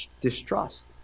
distrust